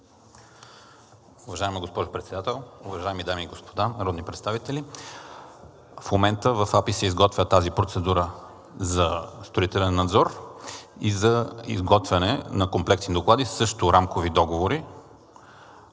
Уважаема госпожо Председател, уважаеми дами и господа народни представители! В момента в АПИ се изготвя тази процедура за строителен надзор и за изготвяне на комплексни доклади, също рамкови договори.